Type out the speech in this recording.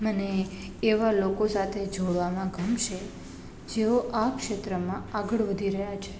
મને એવા લોકો સાથે જોડાવામાં ગમશે જેઓ આ ક્ષેત્રમાં આગળ વધી રહ્યાં છે